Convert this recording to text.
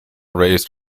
raised